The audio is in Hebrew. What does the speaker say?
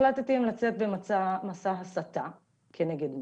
החלטתם במסע הסתה כנגד מד"א,